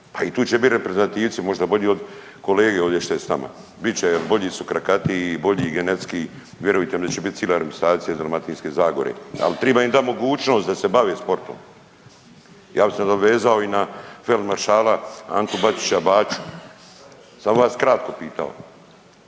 A i tu će biti reprezentativci možda bolji od kolege ovdje što je s nama. Bit će bolji …/Govornik se ne razumije./… bolji genetski vjerujte mi da će biti cila reprezentacija iz Dalmatinske zagore, ali triba im dati mogućnost da se bave sportom. Ja bi se nadovezao i na feldmaršala Antu Bačića Baču, samo bi vas kratko pitao